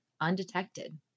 undetected